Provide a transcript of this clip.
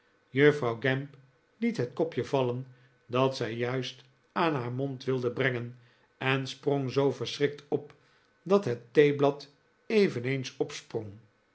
juffrouw gamp liet het kopje vallen dat zij juist aan haar mond wilde brengen en sprong zoo verschrikt op dat het theeblad eveneens opsprong